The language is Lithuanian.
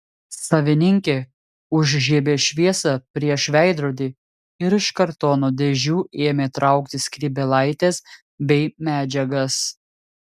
savininkė užžiebė šviesą prieš veidrodį ir iš kartono dėžių ėmė traukti skrybėlaites bei medžiagas